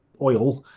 oil.